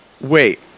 Wait